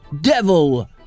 devil